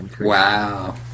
Wow